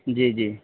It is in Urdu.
جی جی